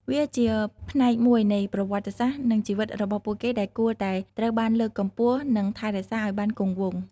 វាជាផ្នែកមួយនៃប្រវត្តិសាស្រ្ត និងជីវិតរបស់ពួកគេដែលគួរតែត្រូវបានលើកកម្ពស់និងថែរក្សាឲ្យបានគង់វង្ស។